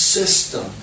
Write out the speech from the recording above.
system